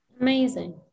amazing